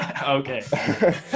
Okay